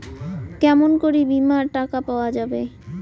কেমন করি বীমার টাকা পাওয়া যাবে?